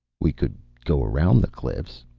we could go around the cliffs,